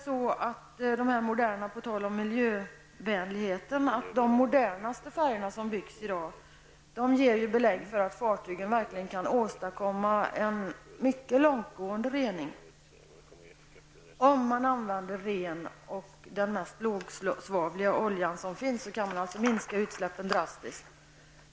På tal om miljövänlighet så ger de modernaste färjorna som byggs i dag belägg för att fartygen verkligen kan åstadkomma en mycket långtgående rening om den rena och mest lågsvavliga oljan som finns används. Då kan utsläppen minska drastiskt.